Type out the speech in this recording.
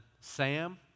Sam